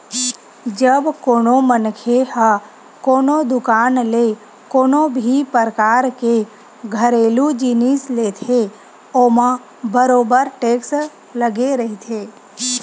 जब कोनो मनखे ह कोनो दुकान ले कोनो भी परकार के घरेलू जिनिस लेथे ओमा बरोबर टेक्स लगे रहिथे